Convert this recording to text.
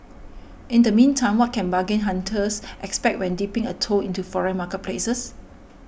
in the meantime what can bargain hunters expect when dipping a toe into foreign marketplaces